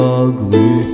ugly